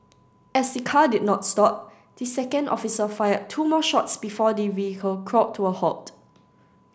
as the car did not stop the second officer fired two more shots before the vehicle crawled to a halt